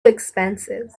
expensive